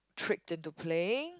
tricked into playing